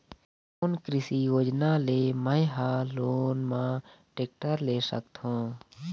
कोन कृषि योजना ले मैं हा लोन मा टेक्टर ले सकथों?